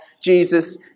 Jesus